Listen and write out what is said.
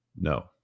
no